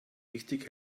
richtig